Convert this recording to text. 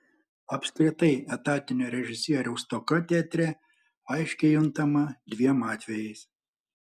apskritai etatinio režisieriaus stoka teatre aiškiai juntama dviem atvejais